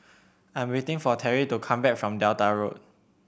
I am waiting for Teri to come back from Delta Road